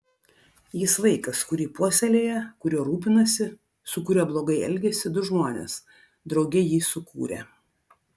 jis vaikas kurį puoselėja kuriuo rūpinasi su kuriuo blogai elgiasi du žmonės drauge jį sukūrę